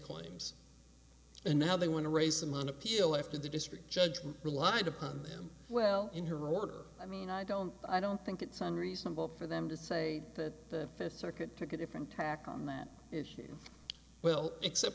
claims and now they want to raise them on appeal after the district judge who relied upon them well in her order i mean i don't i don't think it's unreasonable for them to say that the fifth circuit took a different tack on that issue well except